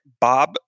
Bob